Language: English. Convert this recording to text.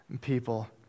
people